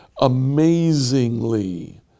Amazingly